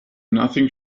nothing